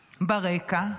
ברקע,